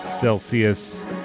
Celsius